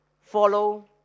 follow